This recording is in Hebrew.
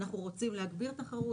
אנחנו רוצים להגביר תחרות,